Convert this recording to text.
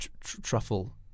Truffle